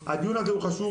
הדיון הזה הוא באמת חשוב.